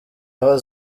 aho